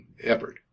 effort